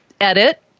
edit